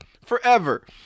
forever